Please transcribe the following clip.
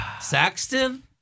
Saxton